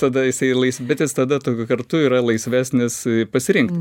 tada jisai ir bet jis tada tokiu kartu yra laisvesnis pasirinkt